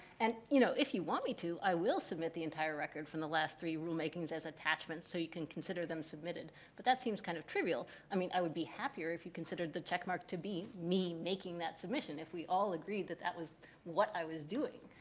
and, you know, and if you want me to, i will submit the entire record from the last three rulemakings as attachments so you can consider them submitted. but that seems kind of trivial. i mean, i would be happier if you considered the checkmark to be me making that submission. if we all agreed that that was what i was doing,